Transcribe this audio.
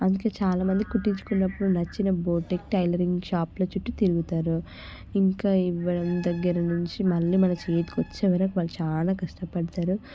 అందుకే చాలామంది కుట్టించుకున్నప్పుడు నచ్చిన బోటిక్ టైలరింగ్ షాప్ల చుట్టు తిరుగుతారు ఇంకా ఇవ్వడం దగ్గర నుంచి మళ్ళీ మన చేతికి వచ్చే వరకు వాళ్ళు చాలా కష్టపడతారు